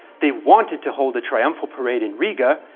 they wanted to hold a triumphal parade in riga,